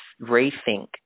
rethink